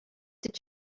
did